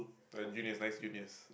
uh juniors nice juniors